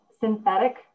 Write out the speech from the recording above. synthetic